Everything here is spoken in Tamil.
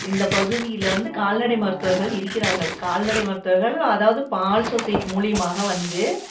இந்த பகுதியில் வந்து கால்நடை மருத்துவர்கள் இருக்கிறார்கள் கால்நடை மருத்துவர்கள் அதாவது பால் சொஸைடி மூலிமாக வந்து